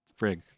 Frig